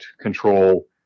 control